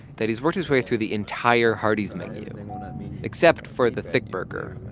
that he's worked his way through the entire hardee's menu except for the thickburger,